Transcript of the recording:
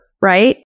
right